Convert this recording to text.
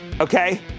okay